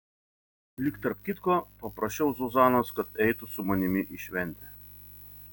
lyg tarp kitko paprašiau zuzanos kad eitų su manimi į šventę